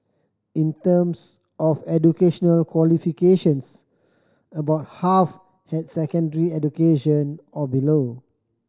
in terms of educational qualifications about half had secondary education or below